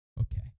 okay